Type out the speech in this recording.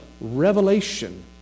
revelation